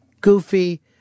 goofy